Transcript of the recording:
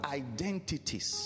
identities